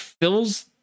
fills